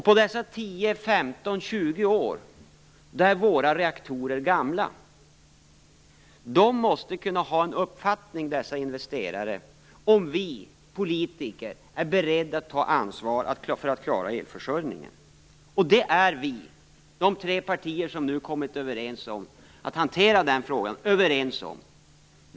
På dessa 10-20 år blir våra reaktorer gamla. Dessa investerare måste kunna veta om vi politiker är beredda att ta ansvar för att klara elförsörjningen, och det är vi i de tre partier som nu kommit överens om att hantera den här frågan.